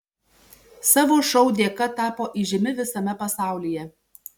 savo šou dėka tapo įžymi visame pasaulyje